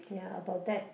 ya about that